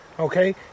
Okay